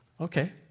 Okay